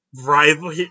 rival